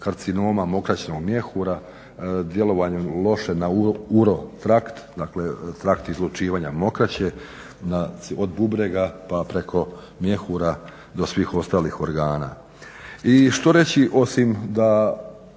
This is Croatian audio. karcinoma mokraćnog mjehura djelovanjem loše na uro trakt dakle trakt izlučivanja mokraće od bubrega pa preko mjehura do svih ostalih organa. I što reći osim da